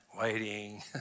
waiting